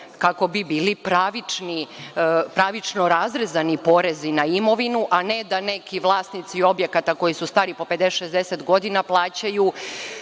kako bi bili pravično razrezani porezi na imovinu, a ne da neki vlasnici objekata koji su stari po 50-60 godina plaćaju